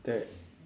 there